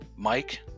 Mike